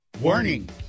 Warning